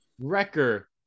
Wrecker